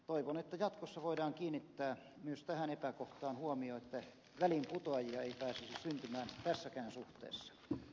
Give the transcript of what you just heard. toivon että jatkossa voidaan kiinnittää myös tähän epäkohtaan huomio että väliinputoajia ei pääsisi syntymään tässäkään suhteessa